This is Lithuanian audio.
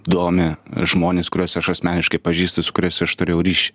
domi žmonės kuriuos aš asmeniškai pažįstu su kuriais aš turėjau ryšį